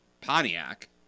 Pontiac